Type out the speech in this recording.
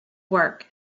work